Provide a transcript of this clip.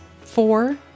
Four